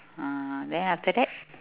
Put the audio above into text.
ah then after that